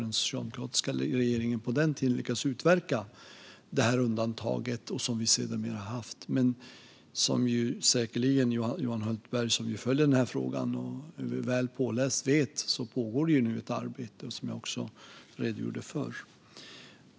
Den socialdemokratiska regeringen på den tiden lyckades utverka ett undantag, och sedan dess har vi haft det. Men som Johan Hultberg säkert vet - han följer ju den här frågan och är väl påläst - pågår det nu ett arbete, vilket jag också redogjorde för.